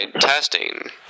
testing